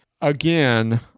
Again